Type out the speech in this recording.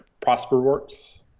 ProsperWorks